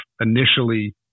initially